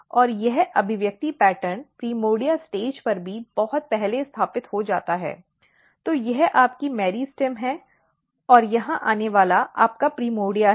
और यह अभिव्यक्ति पैटर्न प्रिमोर्डिया स्टेज पर भी बहुत पहले स्थापित हो जाता है तो यह आपकी मेरिस्टम है और यहां आने वाला आपका प्रीमोर्दिया है